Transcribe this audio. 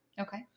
Okay